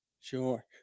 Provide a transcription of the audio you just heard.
sure